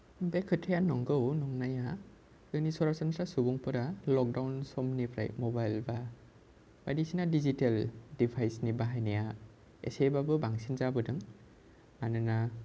बे खोथाया नंगौ नंनाया जोंनि सरासनस्रा सुबुंफोरा लकदाउन समनिफ्राय मबाइल बा बायदिसिना दिजितेल दिभायसनि बाहायनाया इसेबाबो बांसिन जाबोदों मानोना